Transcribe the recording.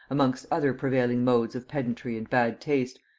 amongst other prevailing modes of pedantry and bad taste,